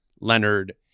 Leonard